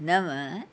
नव